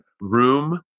room